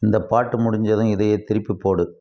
இந்த பாட்டு முடிஞ்சதும் இதையே திருப்பி போடு